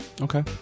Okay